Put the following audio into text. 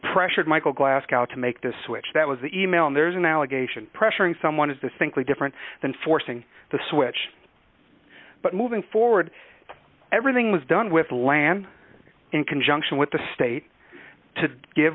michael glass gal to make this switch that was the e mail and there's an allegation pressuring someone is distinctly different than forcing the switch but moving forward everything was done with land in conjunction with the state to give